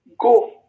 go